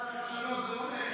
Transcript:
תדע לך שהוא לא נאכף.